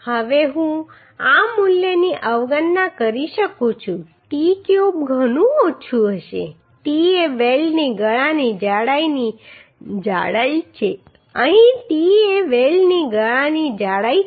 હવે હું આ મૂલ્યની અવગણના કરી શકું છું t ક્યુબ ઘણું ઓછું હશે t એ વેલ્ડની ગળાની જાડાઈની જાડાઈ છે અહીં t એ વેલ્ડની ગળાની જાડાઈ છે